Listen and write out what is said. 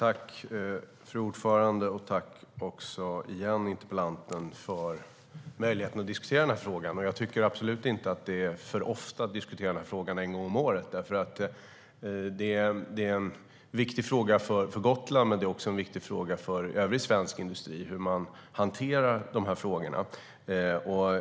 Fru talman! Jag tackar åter interpellanten för möjligheten att diskutera denna fråga. Jag tycker absolut inte att det är för ofta att diskutera den en gång om året. Det är en viktig fråga för Gotland men också en viktig fråga för övrig svensk industri hur man hanterar dessa frågor.